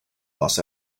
los